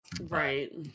Right